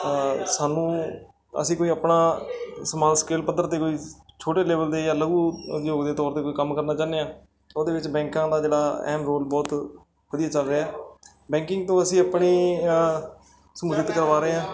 ਸਾਨੂੰ ਅਸੀਂ ਕੋਈ ਆਪਣਾ ਸਮਾਨ ਸਕੇਲ ਪੱਧਰ 'ਤੇ ਕੋਈ ਛੋਟੇ ਲੈਵਲ ਦੇ ਜਾਂ ਲਘੂ ਉਦਯੋਗ ਦੇ ਤੌਰ 'ਤੇ ਕੋਈ ਕੰਮ ਕਰਨਾ ਚਾਹੁੰਦੇ ਹਾਂ ਉਹਦੇ ਵਿੱਚ ਬੈਂਕਾਂ ਦਾ ਜਿਹੜਾ ਅਹਿਮ ਰੋਲ ਬਹੁਤ ਵਧੀਆ ਚੱਲ ਰਿਹਾ ਬੈਂਕਿੰਗ ਤੋਂ ਅਸੀਂ ਆਪਣੀ ਸਮੁਦਿਤ ਰਹੇ ਹਾਂ